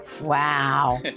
Wow